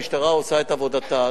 המשטרה עושה את עבודתה,